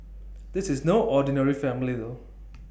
this is no ordinary family though